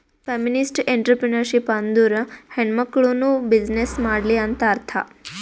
feminist entrepreneurship ಅಂದುರ್ ಹೆಣ್ಮಕುಳ್ನೂ business ಮಾಡ್ಲಿ ಅಂತ್ ಅರ್ಥಾ